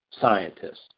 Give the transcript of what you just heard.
scientists